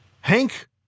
Hank